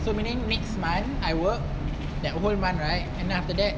so meaning next month I work that whole month right and then after that